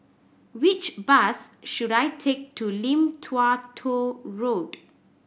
which bus should I take to Lim Tua Tow Road